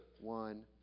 one